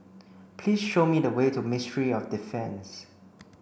please show me the way to Ministry of Defence